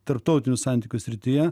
tarptautinių santykių srityje